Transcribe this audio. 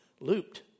looped